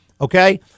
Okay